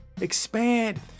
expand